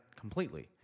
completely